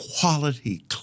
quality